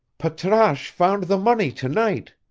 patrasche found the money to-night,